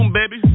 baby